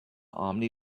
omni